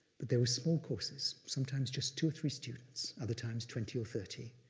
but they were small courses, sometimes just two or three students, other times twenty or thirty,